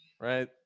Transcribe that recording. right